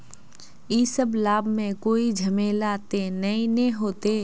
इ सब लाभ में कोई झमेला ते नय ने होते?